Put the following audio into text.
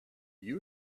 you